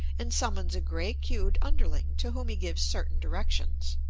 and summons a gray-queued underling to whom he gives certain directions.